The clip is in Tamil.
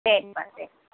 சரிப்பா சரி